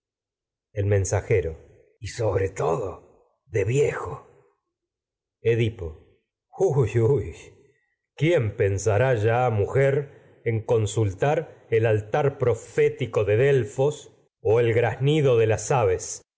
el pobre mensajero y sobre todo de viejo edipo consultar huy huy altar quién pensará ya de mujer en el profético d elfos o el graznido de tragedias dé soeoclés las aves